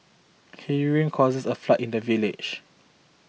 heavy rain caused a flood in the village